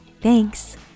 Thanks